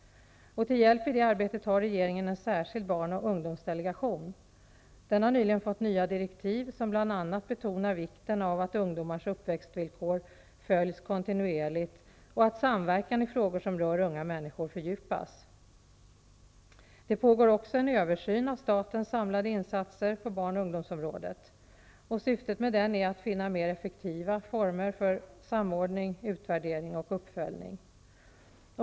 Till hjälp i det arbetet har regeringen en särskild barn och ungdomsdelegation. Den har nyligen fått nya direktiv som bl.a. betonar vikten av att ungdomars uppväxtvillkor följs kontinuerligt och att samverkan i frågor som rör unga människor fördjupas. Det pågår också en översyn av statens samlade insatser på barn och ungdomsområdet. Syftet är att finna mer effektiva former för samordning, utvärdering och uppföljning.